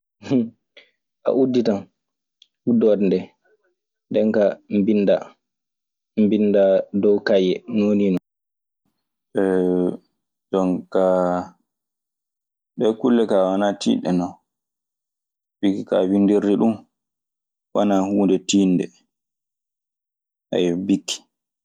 A uditan udoode ndee, ndenkaa mbinndaa dow kaye. jonkaa, ɗee kulle kaa wanaa tiiɗɗe non. Bikki kaa winndirde ɗun wanaa huunde tiiɗnde. Bikki.